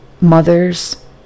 mothers